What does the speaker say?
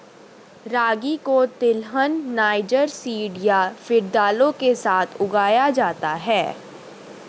रागी को तिलहन, niger seed या फिर दालों के साथ उगाया जाता है